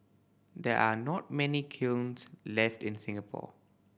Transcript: there are not many kilns left in Singapore